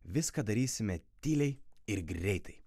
viską darysime tyliai ir greitai